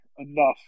enough